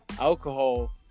alcohol